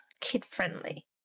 kid-friendly